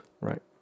Right